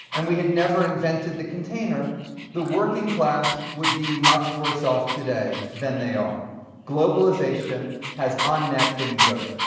and we had never invented the container the working class would be much worse off today than they are that globalization has, on net, been good.